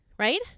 right